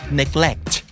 neglect